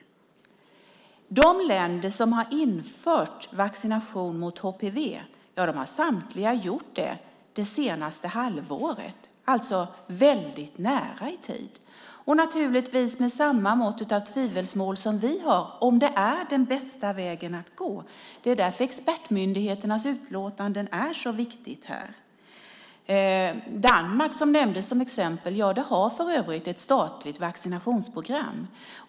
De länder som har infört vaccination mot HPV har samtliga gjort detta det senaste halvåret, alltså väldigt nära i tid, och naturligtvis med samma mått av tvivelsmål om detta är den bästa vägen att gå. Det är därför expertmyndigheternas utlåtanden är så viktiga här. Danmark, som nämndes som exempel, har för övrigt ett statligt vaccinationsprogram.